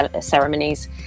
ceremonies